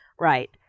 Right